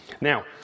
Now